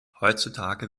heutzutage